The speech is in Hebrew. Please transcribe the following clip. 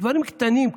דברים קטנים,